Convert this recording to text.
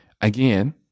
again